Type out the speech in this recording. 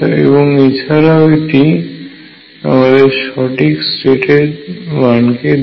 এবং এছাড়াও এটি আমাদের সঠিক স্টেটের সংখ্যা এর মান দেয়